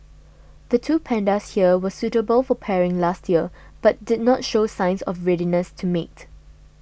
the two pandas here were suitable for pairing last year but did not show signs of readiness to mate